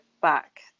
back